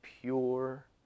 pure